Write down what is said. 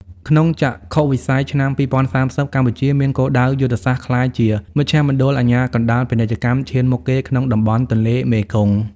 ក្នុងចក្ខុវិស័យឆ្នាំ ២០៣០ កម្ពុជាមានគោលដៅយុទ្ធសាស្ត្រក្លាយជា "មជ្ឈមណ្ឌលអាជ្ញាកណ្ដាលពាណិជ្ជកម្ម" ឈានមុខគេក្នុងតំបន់ទន្លេមេគង្គ។